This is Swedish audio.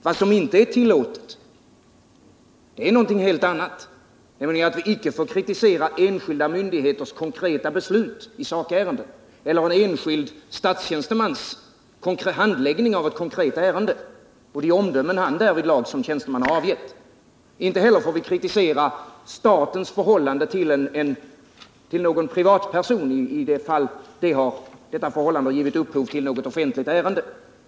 Vad som inte är tillåtet är någonting helt annat. Vi får inte kritisera enskilda myndigheters konkreta beslut i sakärenden eller en enskild statstjänstemans handläggning av eu konkret ärende och de omdömen han därvidlag som tjänsteman har avgivit. Inte heller får vi kritisera statens förhållande till någon privatperson i det fall detta förhållande har givit upphov till något offentligt ärende.